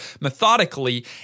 methodically